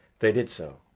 they did so.